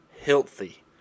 healthy